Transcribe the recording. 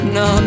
no